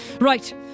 Right